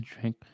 drink